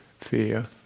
fear